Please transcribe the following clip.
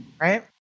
right